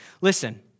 Listen